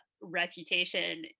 reputation